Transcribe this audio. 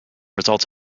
results